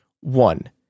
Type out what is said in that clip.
One